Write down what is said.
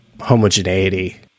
homogeneity